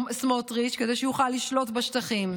סמוטריץ', כדי שיוכל לשלוט בשטחים.